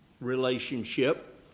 relationship